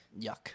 yuck